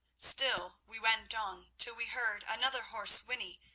still we went on, till we heard another horse whinny,